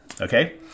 okay